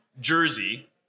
jersey